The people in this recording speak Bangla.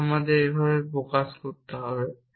যা আমরা এইভাবে প্রকাশ করতে পারি